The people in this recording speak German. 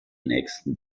nächsten